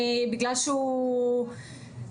בגלל שהוא קטין,